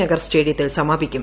നഗർ സ്റ്റേഡിയത്തിൽ സമാപിക്കും